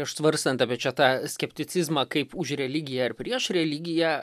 svarstant apie čia tą skepticizmą kaip už religiją ar prieš religiją